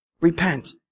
Repent